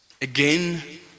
again